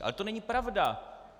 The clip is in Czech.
Ale to není pravda.